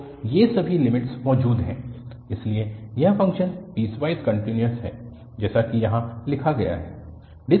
तो ये सभी लिमिट्स मौजूद हैं इसलिए यह फ़ंक्शन पीसवाइस कन्टिन्यूअस है जैसा कि यहाँ लिखा गया है